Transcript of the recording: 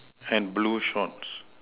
and blue shorts